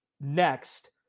next